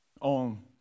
on